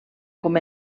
com